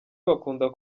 bakunda